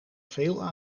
veel